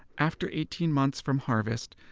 after eighteen months from harvest,